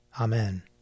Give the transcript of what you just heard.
Amen